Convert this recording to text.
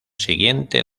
siguiente